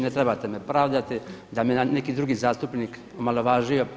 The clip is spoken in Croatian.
Ne trebate me pravdati da me je neki drugi zastupnik omalovažio.